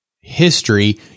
history